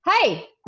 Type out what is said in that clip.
hey